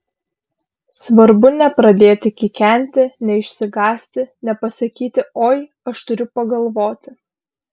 svarbu nepradėti kikenti neišsigąsti nepasakyti oi aš turiu pagalvoti